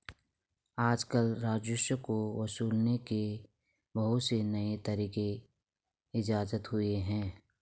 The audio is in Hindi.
आजकल राजस्व को वसूलने के बहुत से नये तरीक इजात हुए हैं